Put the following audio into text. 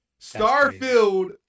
Starfield